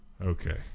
Okay